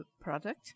product